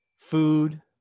Food